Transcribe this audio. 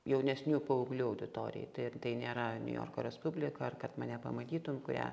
jaunesnių paauglių auditorijai ir tai nėra niujorko respublika ar kad mane pamatytum kurią